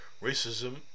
racism